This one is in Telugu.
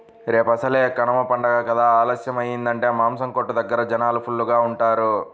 రేపసలే కనమ పండగ కదా ఆలస్యమయ్యిందంటే మాసం కొట్టు దగ్గర జనాలు ఫుల్లుగా ఉంటారు